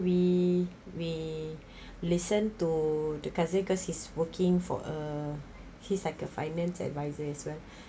we we listen to the cousin cause he's working for a he's like a finance advisors as well